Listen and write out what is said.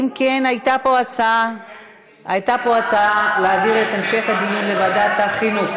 הייתה פה הצעה להעביר את המשך הדיון לוועדת החינוך,